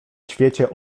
świecie